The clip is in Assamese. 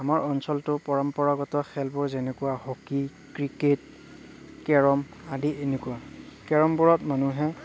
আমাৰ অঞ্চলটো পৰম্পৰাগত খেলবোৰ যেনেকুৱা হকী ক্ৰিকেট কেৰম আদি এনেকুৱা কেৰমবোৰত মানুহে